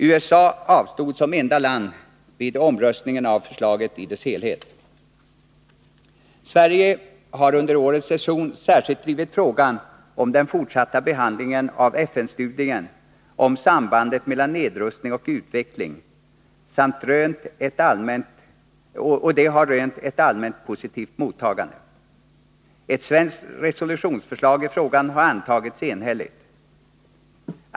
USA avstod som enda land vid omröstningen om förslaget i dess helhet. Sverige har under årets session särskilt drivit frågan om den fortsatta behandlingen av FN-studien om sambandet mellan nedrustning och utveckling, som rönt ett allmänt positivt mottagande. Ett svenskt resolutionsförslag i frågan har enhälligt antagits.